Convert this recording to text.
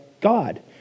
God